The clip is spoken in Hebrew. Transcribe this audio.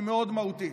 שהיא מאוד מהותית.